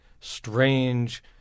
strange